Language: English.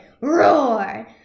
Roar